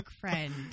friend